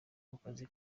kukazi